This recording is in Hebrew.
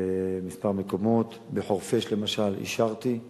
מספר בכמה מקומות, בחורפיש למשל אישרתי,